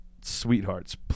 sweethearts